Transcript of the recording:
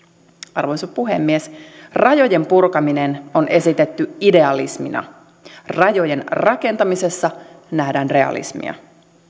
arvoisa puhemies rajojen purkaminen on esitetty idealismina rajojen rakentamisessa nähdään realismia